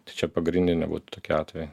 tai čia pagrindiniai būtų tokie atvejai